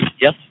Yes